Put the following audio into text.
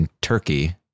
Turkey